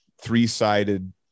three-sided